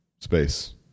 space